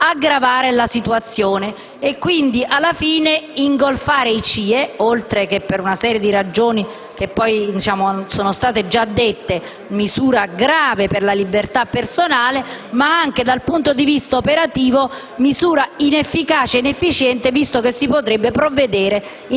aggravare la situazione e, quindi, ingolfare i CIE, già gravati per una serie di ragioni di cui si è già parlato. Misura grave per la libertà personale e, anche dal punto di vista operativo, misura inefficace e inefficiente, visto che si potrebbe provvedere